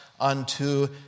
unto